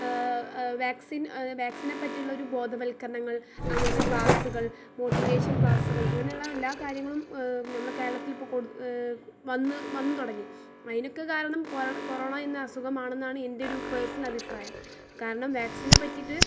vaccine വാക്സിനെ പറ്റിയുള്ളൊരു ബോധവൽക്കരണങ്ങൾ അങ്ങനത്തെ ക്ലാസുകൾ മോട്ടിവേഷൻ ക്ലാസുകൾ അങ്ങനെയുള്ള എല്ലാ കാര്യങ്ങളും നമ്മൾ കേരളത്തിൽ ഇപ്പം കൊട് വന്ന് വന്നുതുടങ്ങി അതിനൊക്കെ കാരണം കൊ കൊറോണ എന്ന അസുഖം ആണെന്നാണ് എൻറെ ഒരു പേഴ്സണൽ അഭിപ്രായം കാരണം വാക്സിനെ പറ്റിയിട്ട്